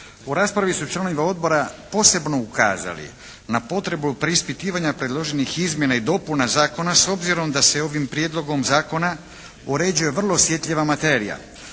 U raspravi su članovi Odbora posebno ukazali na potrebu preispitivanja predloženih izmjena i dopuna zakona, s obzirom da se ovim Prijedlogom Zakona uređuje vrlo osjetljiva materija.